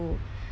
to